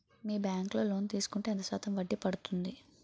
మీ bank లో loan తీసుకుంటే ఎంత శాతం వడ్డీ పడ్తుంది?